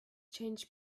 change